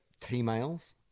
T-mails